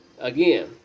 again